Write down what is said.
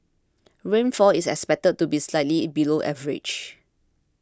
rainfall is expected to be slightly below average